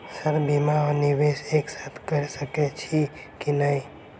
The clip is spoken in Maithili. सर बीमा आ निवेश एक साथ करऽ सकै छी की न ई?